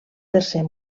tercer